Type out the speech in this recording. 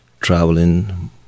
traveling